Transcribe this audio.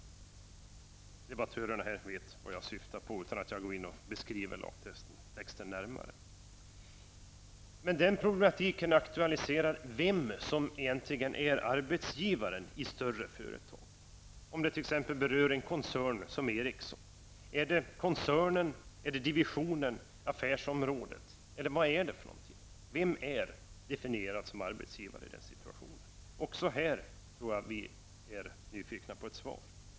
Debattörerna här i kammaren vet vad jag syftar på utan att jag behöver beskriva detta närmare. Denna problematik aktualiserar frågan om vem som egentligen är arbetsgivare i större företag, t.ex. en koncern som Ericsson. Är det koncernen, divisionen, affärsområdet eller något annat? Vem definieras som arbetsgivare i den situationen. Också här är vi nyfikna på ett svar.